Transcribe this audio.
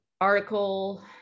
article